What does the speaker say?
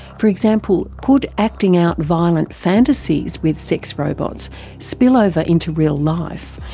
for example, could acting out violent fantasies with sex robots spill over into real life,